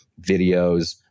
videos